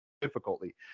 difficulty